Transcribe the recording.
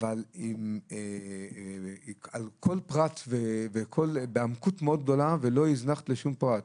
אבל על כל פרט בעמקות גדולה מאוד ולא הזנחת שום פרט,